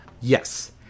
Yes